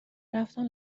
رفتم